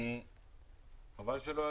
משרד האוצר.